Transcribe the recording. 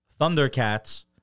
Thundercats